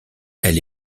elle